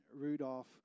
Rudolph